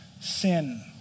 sin